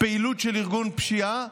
פעילות של ארגון פשיעה,